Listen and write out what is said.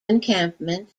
encampment